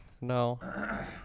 No